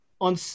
on